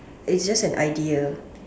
is just an idea